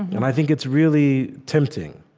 and i think it's really tempting.